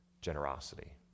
generosity